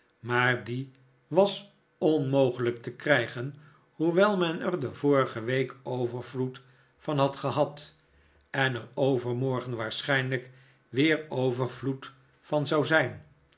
maar die was onmogelijk te krijgen hoewel men er de vorige week overvloed van had gehad en er overmorgen waarschijnlijk weer overvloed van zou zijn